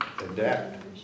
adapt